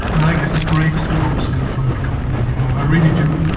and i get great support still from my company, you know i really do.